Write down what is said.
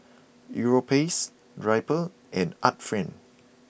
Europace Drypers and Art Friend